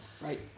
Right